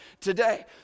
today